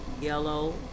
yellow